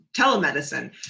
telemedicine